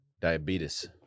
Diabetes